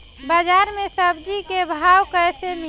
बाजार मे सब्जी क भाव कैसे मिली?